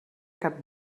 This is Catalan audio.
cap